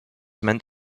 meant